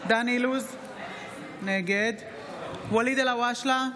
דן אילוז, נגד ואליד אלהואשלה,